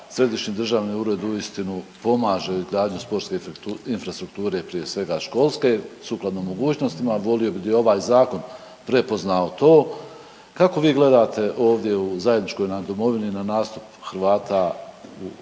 središnji državni ured uistinu pomaže izgradnju sportske infrastrukture, prije svega školske sukladno mogućnostima. Volio bih da je ovaj Zakon prepoznao to, kako vi gledate ovdje u zajedničkoj nam domovini na nastup Hrvata u hrvatskoj